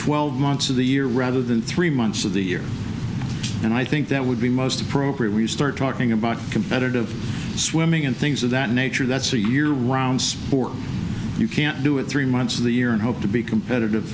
twelve months of the year rather than three months of the year and i think that would be most appropriate we start talking about competitive swimming and things of that nature that's a year round sport you can't do it three months of the year and hope to be competitive